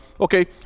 okay